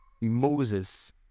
Moses